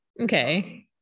okay